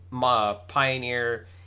Pioneer